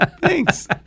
thanks